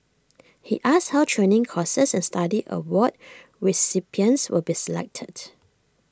he asked how training courses and study award recipients will be selected